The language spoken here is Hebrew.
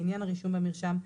לעניין הרישום במרשם,